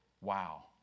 Wow